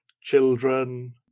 children